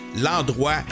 l'endroit